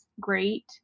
great